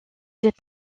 des